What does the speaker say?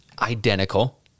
identical